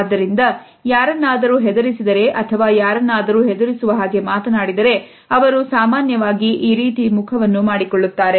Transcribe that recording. ಆದ್ದರಿಂದ ಯಾರನ್ನಾದರೂ ಹೆದರಿಸಿದರೆ ಅಥವಾ ಯಾರನ್ನಾದರೂ ಹೆದರಿಸುವ ಹಾಗೆ ಮಾತನಾಡಿದರೆ ಅವರು ಸಾಮಾನ್ಯವಾಗಿ ಈ ರೀತಿ ಮುಖವನ್ನು ಮಾಡಿಕೊಳ್ಳುತ್ತಾರೆ